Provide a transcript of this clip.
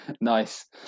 Nice